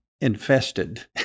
infested